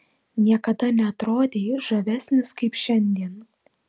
niekada neatrodei žavesnis kaip šiandien